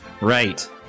Right